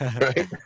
Right